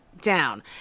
down